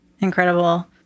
Incredible